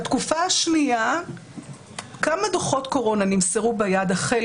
בתקופה השנייה כמה דוחות קורונה נמסרו ביד החל